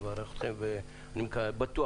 אני בטוח,